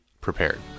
prepared